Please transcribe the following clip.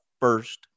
first